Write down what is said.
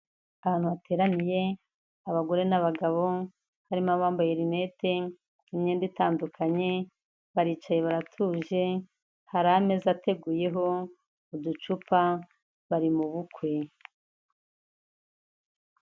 Ahantu hateraniye abagore n'abagabo harimo abambaye rinete, imyenda itandukanye baricaye baratuje, hari ameza ateguyeho uducupa, bari mu bukwe.